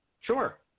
Sure